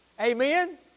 Amen